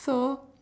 so